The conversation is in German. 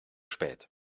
spät